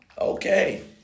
Okay